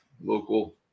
local